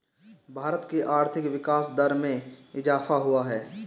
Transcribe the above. भारत की आर्थिक विकास दर में इजाफ़ा हुआ है